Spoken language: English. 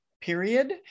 period